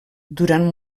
durant